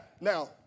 now